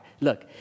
Look